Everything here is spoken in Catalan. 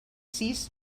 sis